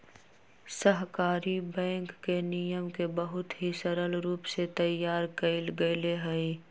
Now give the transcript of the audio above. सहकारी बैंक के नियम के बहुत ही सरल रूप से तैयार कइल गैले हई